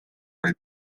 vaid